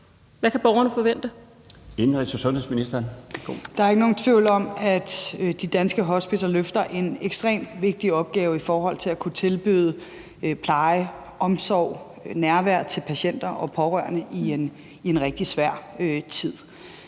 værsgo. Kl. 13:08 Indenrigs- og sundhedsministeren (Sophie Løhde): Der er ikke nogen tvivl om, at de danske hospicer løfter en ekstremt vigtig opgave i forhold til at kunne tilbyde pleje, omsorg og nærvær til patienter og pårørende i en rigtig svær tid.